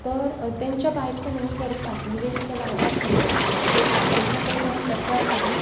तर त्यांचा बायकोने सरकार म्हणजेच त्या वाड्यातले लोक आहेत त्यांच्याकडे जाऊन तक्रार केली